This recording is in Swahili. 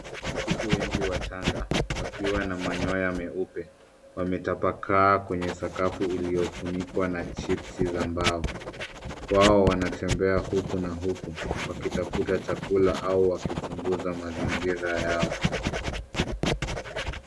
Kuku wengi wachanga wakiwa na manyoya meupe wametabakaa kwenye sakafu iliyofunikwa na Chipsi za mbao, wao wanatembea huku na huku wakitafuta chakula au wakichunguza mazingira yao.